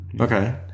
Okay